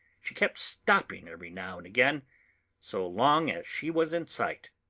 she kept stopping every now and again so long as she was in sight.